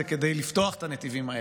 כדי לפתוח את הנתיבים האלה.